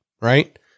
right